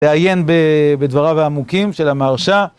לעיין בדבריו העמוקים של המהרש"א.